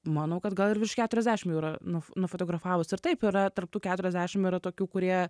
manau kad gal ir virš keturiasdešim jų yra nu nufotografavus ir taip yra tarp tų keturiasdešim yra tokių kurie